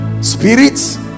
spirits